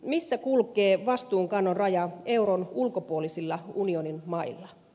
missä kulkee vastuunkannon raja euron ulkopuolisilla unionin mailla